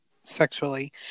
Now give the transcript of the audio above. sexually